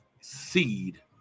seed